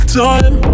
time